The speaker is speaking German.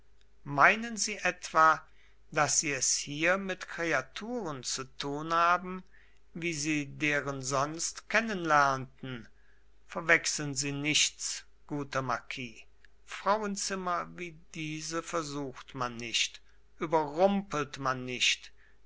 meinen sie etwa daß sie es hier mit kreaturen zu tun haben wie sie deren sonst kennenlernten verwechseln sie nichts guter marquis frauenzimmer wie diese versucht man nicht überrumpelt man nicht